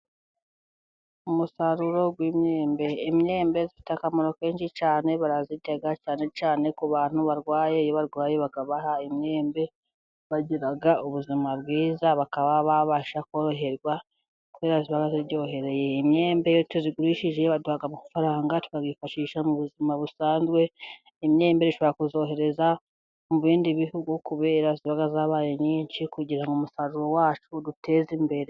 umusaruro w'imyembe, imyembe ifite akamaro kenshi cyane, cyane ku bantu barwaye bakabaha imyembe bagira ubuzima bwiza bakaba babasha koroherwa, iyo tuzigurishije baduha amafaranga tukayifashisha mu buzima busanzwe, imyembe ushobora kuyohereza mu bindi bihugu kubera yabaye nyinshi kugirango umusaruro wacu uduteze imbere.